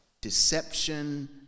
deception